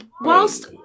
Whilst